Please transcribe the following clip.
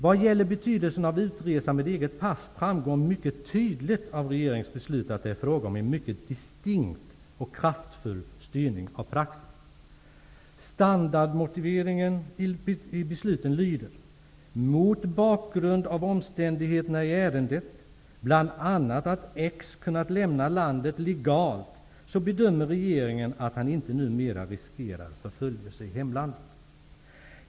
Vad gäller betydelsen av utresa med eget pass framgår det mycket tydligt av regeringens beslut att det är fråga om en mycket distinkt och kraftfull styrning av praxis. Standardmotiveringen i besluten lyder som följer: Mot bakgrund av omständigheterna i ärendet, bl.a. att X kunnat lämna landet legalt, bedömer regeringen att han inte numer riskerar förföljelse i hemlandet.